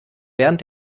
während